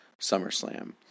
SummerSlam